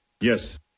Yes